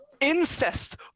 Incest